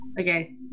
Okay